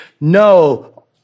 No